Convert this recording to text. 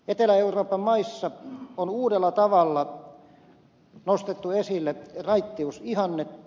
etelä euroopan maissa on uudella tavalla nostettu esille raittiusihannetta